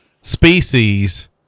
species